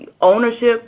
ownership